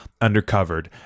undercovered